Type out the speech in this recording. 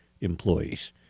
employees